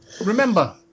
remember